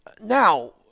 now